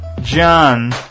John